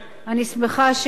אני שמחה שכך.